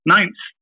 Ninth